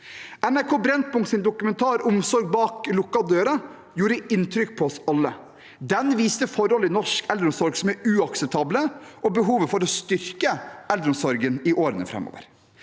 NRK Brennpunkts dokumentar «Omsorg bak lukkede dører» gjorde inntrykk på oss alle. Den viste forhold i norsk eldreomsorg som er uakseptable, og behovet for å styrke eldreomsorgen i årene framover.